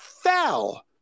fell